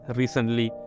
recently